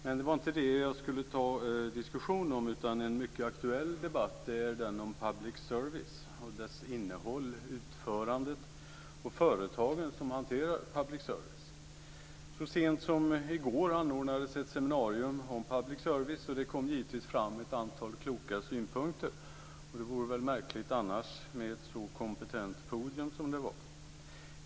Men det var inte det jag skulle ta upp till diskussion utan en mycket aktuell debatt om public service, dess innehåll, utförandet och företagen som hanterar public service. Så sent som i går anordnades ett seminarium om public service, och det kom givetvis fram ett antal kloka synpunkter. Det vore väl märkligt annars, med ett så kompetent podium som det var.